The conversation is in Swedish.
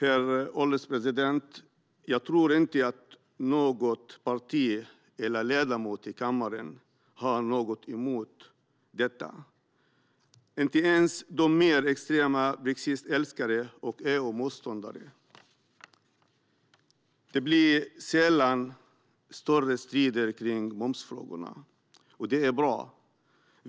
Jag tror inte, herr ålderspresident, att något parti eller någon ledamot i kammaren har något emot detta, inte ens de mer extrema brexitälskarna och EU-motståndarna. Det blir sällan större strider om momsfrågorna, och det är bra.